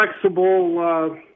flexible